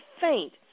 faint